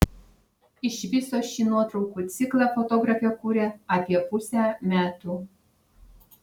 iš viso šį nuotraukų ciklą fotografė kūrė apie pusę metų